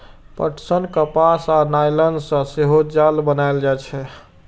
पटसन, कपास आ नायलन सं सेहो जाल बनाएल जाइ छै